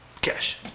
cash